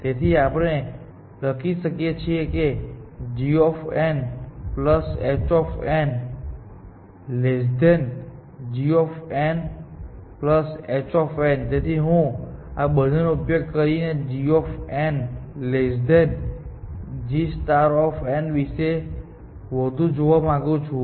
તેથી આપણે લખી શકીએ છીએ કે g h gnl1hnl1 તેથી હું આ બંનેનો ઉપયોગ કરીને g g વિશે વધુ જોવા માંગુ છું